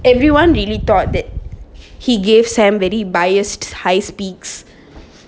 everyone really thought that he gave sam very biased high speaks